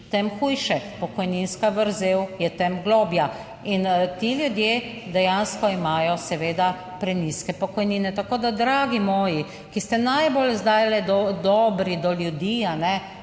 tem hujše, pokojninska vrzel je tem globlja in ti ljudje dejansko imajo, seveda, prenizke pokojnine. Tako da, dragi moji, ki ste najbolj zdajle dobri do ljudi,